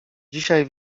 dzisiaj